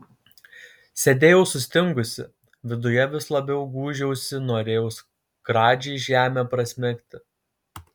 sėdėjau sustingusi viduje vis labiau gūžiausi norėjau skradžiai žemę prasmegti